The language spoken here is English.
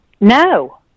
No